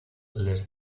les